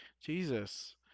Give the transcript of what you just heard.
jesus